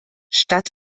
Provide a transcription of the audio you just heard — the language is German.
statt